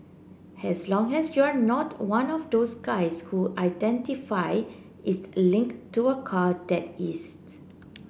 as long as you're not one of those guys who identity is linked to a car that is